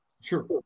Sure